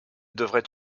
devait